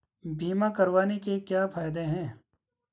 बीमा करवाने के क्या फायदे हैं?